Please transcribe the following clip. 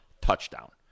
touchdown